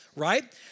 Right